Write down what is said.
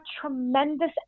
tremendous